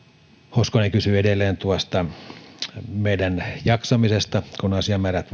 hoskonen kysyi edelleen tuosta meidän jaksamisestamme kun asiamäärät